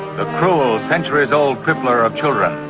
the cruel centuries-old crippler of children.